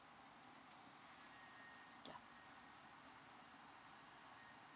ya